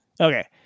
Okay